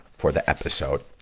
for the episode.